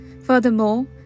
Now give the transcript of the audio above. Furthermore